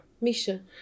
Misha